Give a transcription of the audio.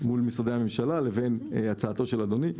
מול משרדי הממשלה לבין הצעתו של אדוני.